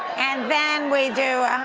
and then we do,